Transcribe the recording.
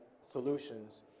solutions